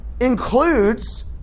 includes